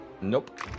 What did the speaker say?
nope